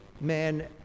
man